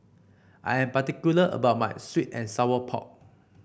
I am particular about my sweet and Sour Pork